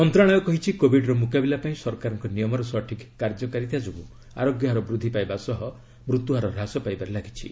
ମନ୍ତ୍ରଣାଳୟ କହିଛି କୋବିଡ଼୍ର ମୁକାବିଲା ପାଇଁ ସରକାରଙ୍କ ନିୟମର ସଠିକ୍ କାର୍ଯ୍ୟକାରିତା ଯୋଗୁଁ ଆରୋଗ୍ୟ ହାର ବୃଦ୍ଧି ପାଇବା ସହ ମୃତ୍ୟୁ ହାର ହ୍ରାସ ପାଇବାରେ ଲାଗିଛି